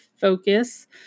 focus